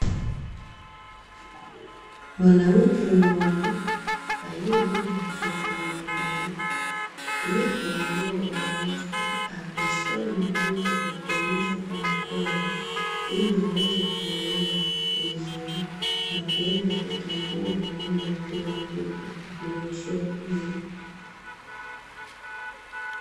Mwanamke mmoja, aliyebeba mtoto mgongoni. Yupo mbele ya darasa akisoma vitu, akionesha kwa mkono ili aweze kuelewa vizuri na kuweza kutambua maneno yalioandikwa kwa kunyooshea kidole.